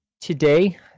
Today